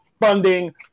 funding